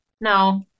No